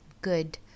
good